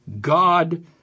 God